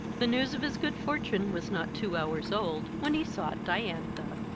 the news of his good fortune was not two hours old when he sought diantha.